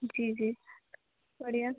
जी जी बढ़िया